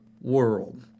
world